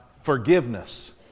forgiveness